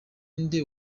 nde